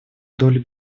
долю